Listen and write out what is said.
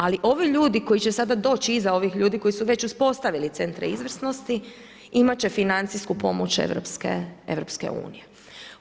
Ali ovi ljudi koji će sada doći iza ovih ljudi koji su već uspostavili centre izvrsnosti imati će financijsku pomoć EU-a.